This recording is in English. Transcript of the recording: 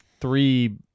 three